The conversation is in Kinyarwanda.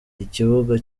ikibuga